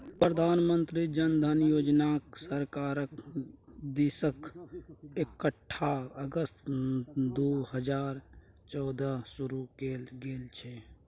प्रधानमंत्री जन धन योजनाकेँ सरकारक दिससँ अट्ठाईस अगस्त दू हजार चौदहकेँ शुरू कैल गेल छल